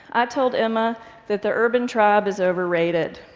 i told emma that the urban tribe is overrated.